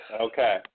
Okay